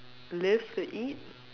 live to eat